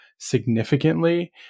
Significantly